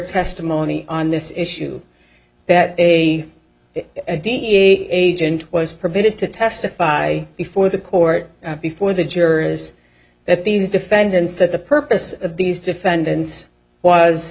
testimony on this issue that a agent was permitted to testify before the court before the jurors that these defendants that the purpose of these defendants was